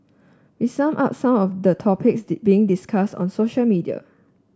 we sum up some of the topics being discussed on social media